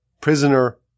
prisoner